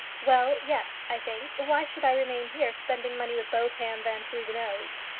well yes, i think. why should i remain here spending money with both hands and through the nose?